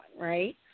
right